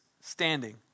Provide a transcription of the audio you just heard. standing